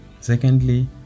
secondly